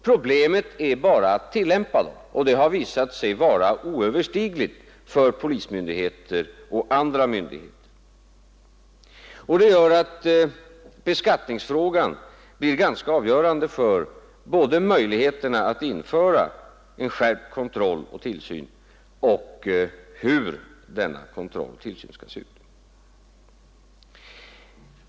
Problemet är bara att tillämpa dem, och det har visat sig vara oöverstigligt för polismyndigheter och andra myndigheter. Det gör att beskattningsfrågan blir ganska avgörande både för möjligheterna att införa en skärpt kontroll och tillsyn och för hur denna kontroll och tillsyn skall se ut.